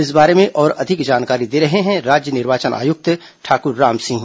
इस बारे में और अधिक जानकारी दे रहे हैं राज्य निर्वाचन आयुक्त ठाकुर रामसिंह